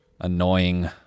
Annoying